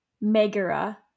Megara